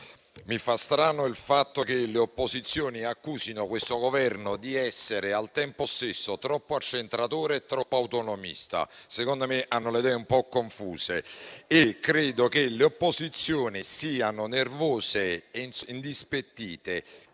mi fa strano che le opposizioni accusino questo Governo di essere al tempo stesso troppo accentratore e troppo autonomista. Secondo me, hanno le idee un po' confuse e credo che le opposizioni siano nervose e indispettite.